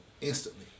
Instantly